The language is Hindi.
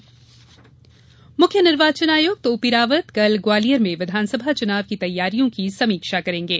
निर्वाचन आयुक्त मुख्य निर्वाचन आयुक्त ओपी रावत कल ग्वालियर में विधानसभा चुनाव की तैयारियों की समीक्षा करेंगे